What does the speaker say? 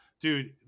dude